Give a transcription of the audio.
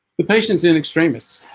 the patients in extremis